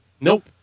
Nope